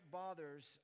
bothers